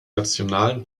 nationalen